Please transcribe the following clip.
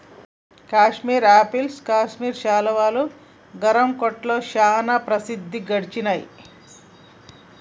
Kashmir apples Kashmir శాలువాలు, గరం కోట్లు చానా ప్రసిద్ధి గడించినాయ్